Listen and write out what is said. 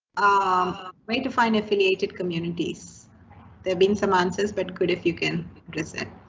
um way to find affiliated communities there been some answers, but good if you can listen.